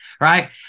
right